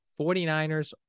49ers